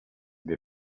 dei